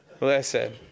Listen